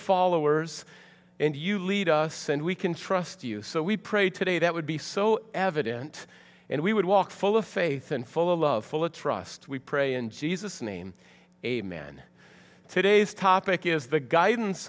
followers and you lead us and we can trust you so we pray today that would be so evident and we would walk full of faith and full of love full of trust we pray in jesus name amen today's topic is the guidance